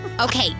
Okay